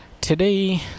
Today